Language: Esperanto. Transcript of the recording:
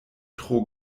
tro